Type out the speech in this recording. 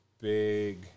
big